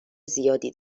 زیادی